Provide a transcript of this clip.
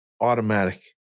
automatic